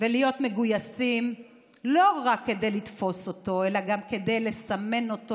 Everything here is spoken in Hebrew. להיות מגויסים לא רק כדי לתפוס אותו אלא גם כדי לסמן אותו,